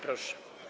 Proszę.